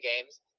games